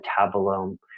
metabolome